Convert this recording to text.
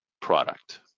product